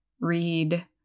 read